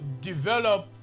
develop